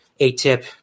ATIP